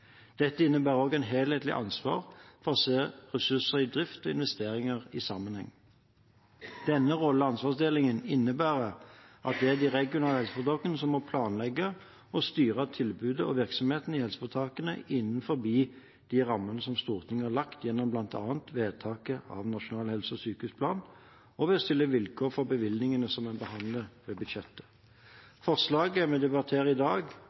Dette innebærer også et helhetlig ansvar for å se på ressurser i drift og investeringer i sammenheng. Denne rolle- og ansvarsdelingen innebærer at det er de regionale helseforetakene som må planlegge å styre tilbudet og virksomheten i helseforetakene innenfor de rammene som Stortinget har lagt, gjennom bl.a. vedtaket av Nasjonal helse- og sykehusplan, og ved å stille vilkår for bevilgningene som man behandler ved budsjettet. Forslaget vi debatterer i dag,